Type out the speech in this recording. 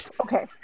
okay